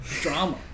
drama